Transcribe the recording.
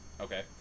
Okay